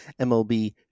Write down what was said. mlb